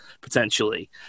potentially